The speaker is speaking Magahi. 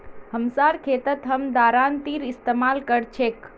हमसार खेतत हम दरांतीर इस्तेमाल कर छेक